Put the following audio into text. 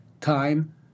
time